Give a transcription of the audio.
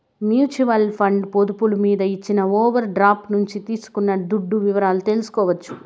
mutual funds పొదుపులు మీద ఇచ్చిన ఓవర్ డ్రాఫ్టు నుంచి తీసుకున్న దుడ్డు వివరాలు తెల్సుకోవచ్చు